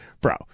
bro